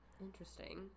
Interesting